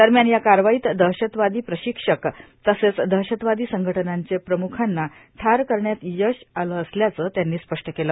दरम्यान या कारवाईत दहशतवादी प्रशिक्षक तसंच दहशतवादी संघटनांचे प्रमुखांना ठार करण्यात यश आलं असल्याचं त्यांनी स्पष्ट केलं